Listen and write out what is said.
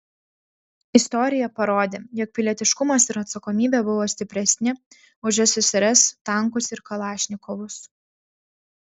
istorija parodė jog pilietiškumas ir atsakomybė buvo stipresni už ssrs tankus ir kalašnikovus